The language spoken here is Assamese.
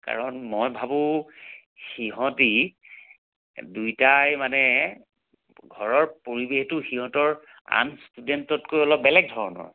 কাৰণ মই ভাবোঁ সিহঁতি দুইটাই মানে ঘৰৰ পৰিৱেশটো সিহঁতৰ আন ষ্টুডেণ্টতকৈ অলপ বেলেগ ধৰণৰ